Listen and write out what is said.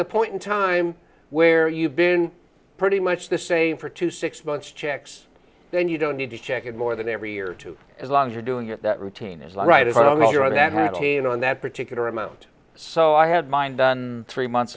the point in time where you've been pretty much the same for two six months checks then you don't need to check it more than every year or two as long as you're doing it that routine is right i'm not sure that hatin on that particular amount so i had mine done three months